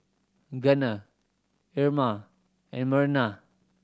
Gunnar Irma and Merna